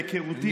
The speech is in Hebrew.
מהיכרותי איתך,